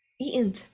eaten